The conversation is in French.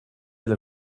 elle